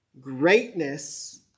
greatness